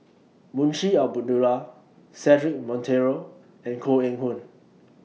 Munshi Abdullah Cedric Monteiro and Koh Eng Hoon